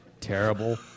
terrible